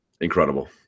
incredible